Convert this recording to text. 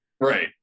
right